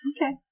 Okay